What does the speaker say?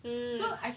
mmhmm